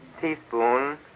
teaspoon